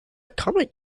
comet